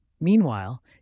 Meanwhile